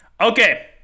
Okay